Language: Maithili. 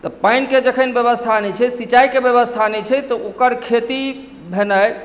तऽ पानिके जखन व्यवस्था नहि छै सिंचाइके व्यवस्था नहि छै तऽ ओकर खेती भेनाइ